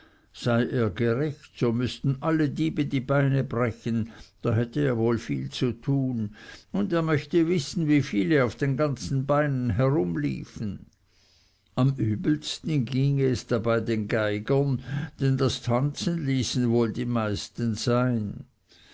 sei er gerecht so müßten alle diebe die beine brechen da hätte er wohl viel zu tun und er mochte wissen wieviele auf ganzen beinen herumliefen am übelsten ginge es dabei den geigern denn das tanzen ließen wohl die meisten sein